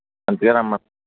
అందుకే రమన్నా